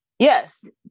Yes